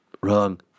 Wrong